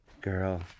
girl